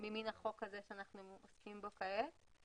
ממין החוק הזה שאנחנו עוסקים בו עתה.